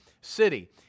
city